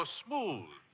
smooth